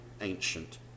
ancient